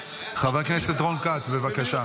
חבר הכנסת רון כץ, בבקשה.